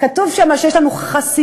כתוב שם שיש לנו חסינות,